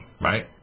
right